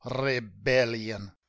rebellion